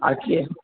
আর কি